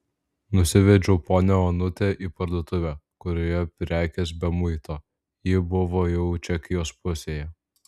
nusivedžiau ponią onutę į parduotuvę kurioje prekės be muito ji buvo jau čekijos pusėje